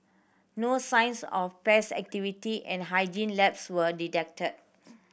no signs of pest activity and hygiene lapses were detected